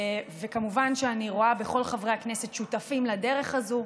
כמובן, אני רואה בכל חברי הכנסת שותפים לדרך הזאת.